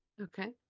Okay